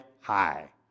high